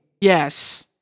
Yes